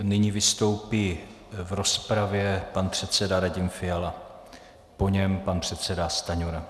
Nyní vystoupí v rozpravě pan předseda Radim Fiala, po něm pan předseda Stanjura.